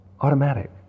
automatic